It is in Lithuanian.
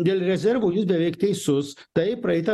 dėl rezervų beveik teisus tai praeitą